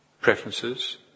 preferences